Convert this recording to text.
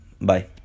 Bye